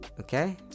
Okay